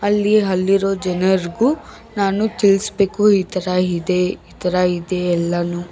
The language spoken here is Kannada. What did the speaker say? ಅಲ್ಲಿ ಅಲ್ಲಿರೋ ಜನರಿಗೂ ನಾನು ತಿಳಿಸ್ಬೇಕು ಈ ಥರ ಇದೆ ಈ ಥರ ಇದೆ ಎಲ್ಲನೂ